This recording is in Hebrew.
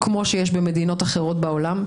כמו שיש במדינות אחרות בעולם,